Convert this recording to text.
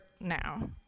now